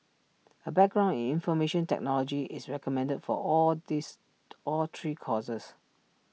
A background in information technology is recommended for all these all three courses